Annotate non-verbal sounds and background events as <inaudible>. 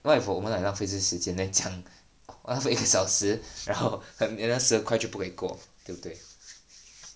what if 我们 like 浪费这个时间 then 这样浪费一个小时然后 <laughs> then 那个十二块不可以过对不对